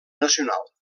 nacional